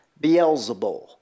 Beelzebub